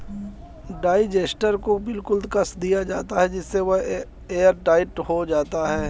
digester को बिल्कुल कस दिया जाता है जिससे वह एयरटाइट हो जाता है